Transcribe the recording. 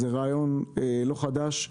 זה רעיון לא חדש.